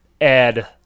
add